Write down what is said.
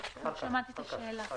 תרשמו את השאלות.